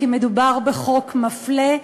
כי מדובר בחוק מפלה.